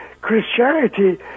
Christianity